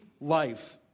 life